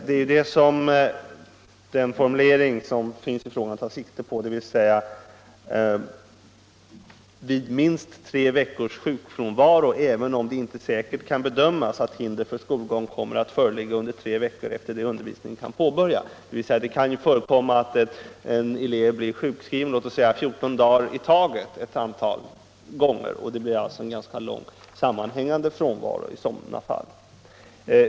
Det är det som formuleringen i frågan tar sikte på, dvs. ”vid minst tre veckors sjukfrånvaro även om det inte säkert kan bedömas att hinder för skolgång kommer att föreligga under tre veckor efter det undervisningen kan påbörjas”. Det kan ju förekomma att en elev blir sjukskriven låt oss säga 14 dagar i taget ett antal gånger, och det blir en ganska lång sammanhängande frånvaro i sådana fall.